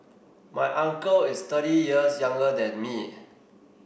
my uncle is thirty years younger than me